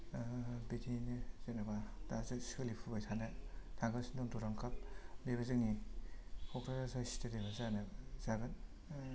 बिदिनो जेनेबा दासो सोलिफुबाय थानाय थागासिनो दं दुरान्द काप बेबो जोंनि क'क्राझार साय स्टेडियाम आव जानो जागोन